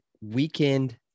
weekend